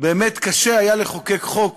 באמת קשה היה לחוקק חוק